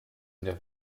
dieser